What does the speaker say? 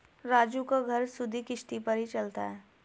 राजू का घर सुधि किश्ती पर ही चलता है